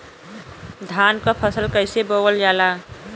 धान क फसल कईसे बोवल जाला?